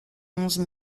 onze